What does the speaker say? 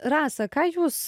rasa ką jūs